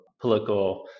political